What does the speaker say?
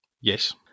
Yes